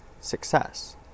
success